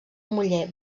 muller